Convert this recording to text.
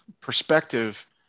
perspective